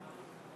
להצבעה.